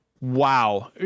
Wow